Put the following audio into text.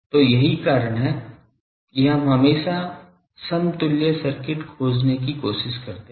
तो यही कारण है कि हम हमेशा समतुल्य सर्किट खोजने की कोशिश करते हैं